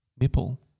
nipple